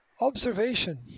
Observation